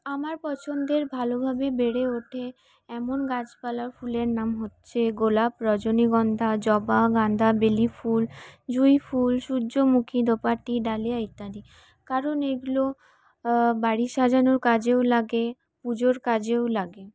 আমার পছন্দের ভালোভাবে বেড়ে ওঠে এমন গাছপালা ফুলের নাম হচ্ছে গোলাপ রজনীগন্ধা জবা গাঁদা বেলফুল জুঁইফুল সূর্যমুখী দোপাটি ডালিয়া ইত্যাদি কারণ এগুলো বাড়ি সাজানোর কাজেও লাগে পুজোর কাজেও লাগে